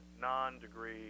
non-degree